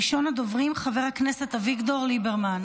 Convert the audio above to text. ראשון הדוברים, חבר הכנסת אביגדור ליברמן